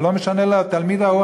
ולא משנה לתלמיד ההוא,